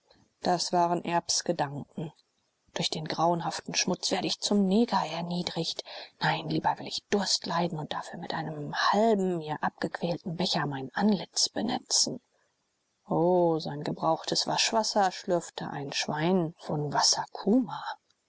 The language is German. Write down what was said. das waren erbs gedanken durch den grauenhaften schmutz werde ich zum neger erniedrigt nein lieber will ich durst leiden und dafür mit einem halben mir abgequälten becher mein antlitz benetzen o sein gebrauchtes waschwasser schlürfte ein schwein von